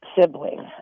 sibling